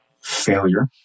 failure